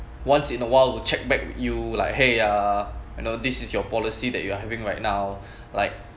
once in a while will check back you like !hey! uh you know this is your policy that you are having right now like